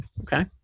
Okay